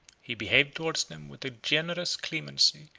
he behaved towards them with a generous clemency,